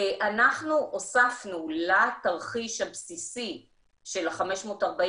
אנחנו הוספנו לתרחיש הבסיסי של ה-540